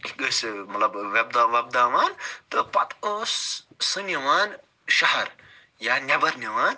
ٲسۍ سُہ مطلب وۄبداوان تہٕ پَتہٕ ٲسۍ سُہ نِوان شہر یا نیٚبر نِوان